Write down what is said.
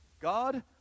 God